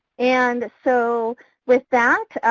and so with that,